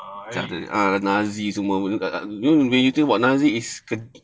very